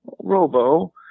Robo